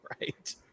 right